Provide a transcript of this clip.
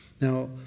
Now